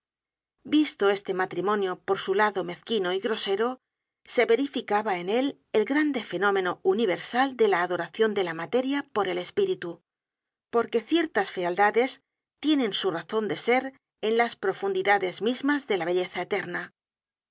visto este matrimonio por su lado mezquino y grosero se verificaba en él el gran fenómeno universal de la adoracion de la materia por el espíritu porque ciertas fealdades tienen su razon de ser en las profundidades mismas de la belleza eterna